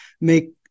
make